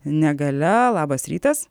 negalia labas rytas